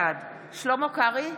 בעד שלמה קרעי,